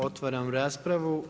Otvaram raspravu.